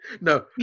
No